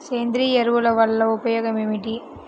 సేంద్రీయ ఎరువుల వల్ల ఉపయోగమేమిటీ?